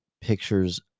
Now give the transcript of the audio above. pictures